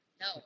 No